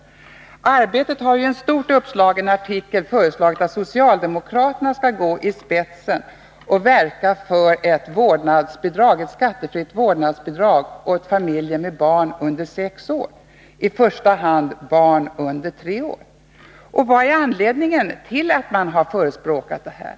Tidningen Arbetet har i en stort uppslagen artikel föreslagit att socialdemokraterna skall gå i spetsen och verka för ett skattefritt vårdnadsbidrag till familjer med barn under sex år, i första hand till barn under tre år. Vad är anledningen till att man har förespråkat det här?